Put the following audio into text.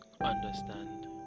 understand